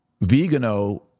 Vigano